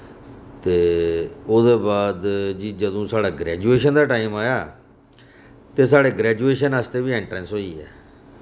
ते ओह्दे बाद जी जदूं साढ़ा ग्रेजुएशन दा टाइम आया ते साढ़े ग्रेजुएशन आस्तै बी एंट्रेंस होई गेआ